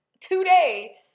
today